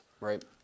Right